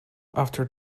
after